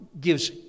gives